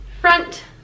front